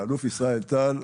האלוף ישראל טל,